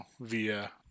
via